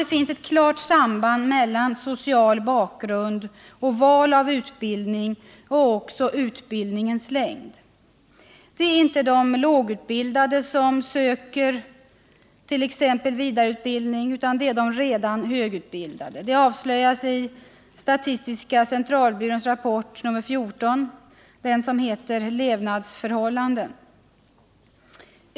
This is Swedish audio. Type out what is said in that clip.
Det finns ett klart samband mellan social bakgrund och val av utbildning och också utbildningens längd. Det är inte de lågutbildade som sökert.ex. vidareutbildning, utan det är de redan högutbildade. Det avslöjas i statistiska centralbyråns rapport nr 14, som heter Levnadsförhållanden.